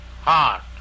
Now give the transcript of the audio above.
heart